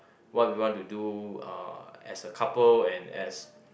what we want to do uh as a couple and as